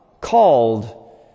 called